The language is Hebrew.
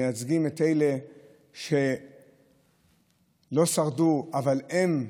מייצג את אלה שלא שרדו, אבל הם,